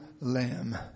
Lamb